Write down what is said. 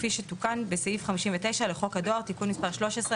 כפי שתוקן בסעיף 59 לחוק הדואר (תיקון מס' 13),